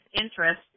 interest